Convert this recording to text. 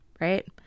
right